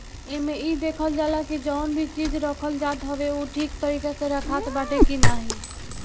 एमे इ देखल जाला की जवन भी चीज रखल जात हवे उ ठीक तरीका से रखात बाटे की नाही